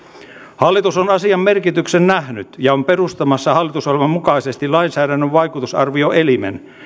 hallitus on asian merkityksen nähnyt ja on perustamassa hallitusohjelman mukaisesti lainsäädännön vaikutusarvioelimen